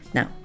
Now